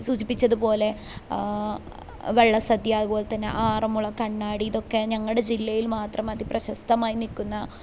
സൂചിപ്പിച്ചതുപോലെ വള്ള സദ്യ അതുപോലെ തന്നെ ആറമ്മുള കണ്ണാടി ഇതൊക്കെ ഞങ്ങളുടെ ജില്ലയിൽ മാത്രം അതി പ്രശസ്തമായി നിൽക്കുന്ന